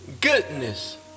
Goodness